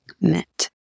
met